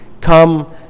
come